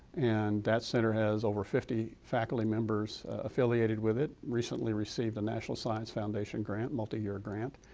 and that center has over fifty faculty members affiliated with it, recently received a national science foundation grant, multi-year grant.